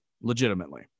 legitimately